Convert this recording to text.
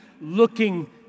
looking